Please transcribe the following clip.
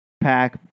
pack